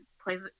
plays